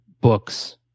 books